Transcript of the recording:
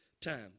time